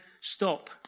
Stop